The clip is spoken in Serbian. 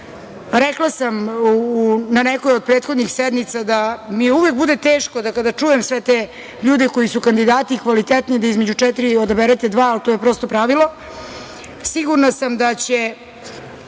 Rekla sam na nekoj od prethodnih sednica da mi uvek bude teško kada čujem sve te ljude koji su kvalitetni, da između četiri odaberete dva, ali to je prosto pravilo. Sigurna sam da će